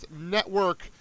Network